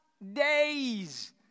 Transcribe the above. Days